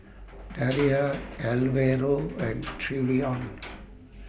Daria Alvaro and Trevion